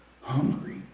Hungry